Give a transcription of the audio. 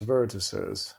vertices